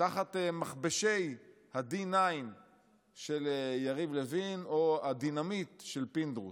תחת מכבשי ה-D9 של יריב לוין או הדינמיט של פינדרוס.